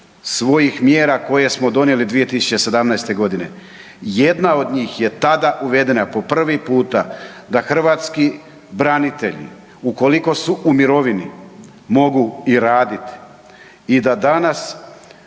svojih mjera koje smo donijeli 2017. godine. Jedna od njih je tada uvedena po prvi puta da hrvatski branitelji ukoliko su u mirovini mogu i raditi i da danas